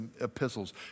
epistles